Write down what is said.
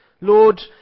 Lord